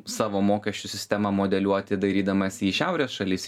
savo mokesčių sistemą modeliuoti dairydamasi į šiaurės šalis